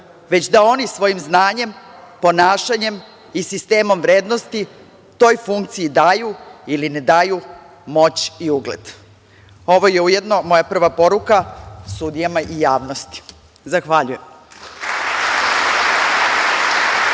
već da oni svojim znanjem, ponašanjem i sistemom vrednosti toj funkciji daju ili ne daju moć i ugled. Ovo je ujedno moja prva poruka sudijama i javnosti. Zahvaljujem.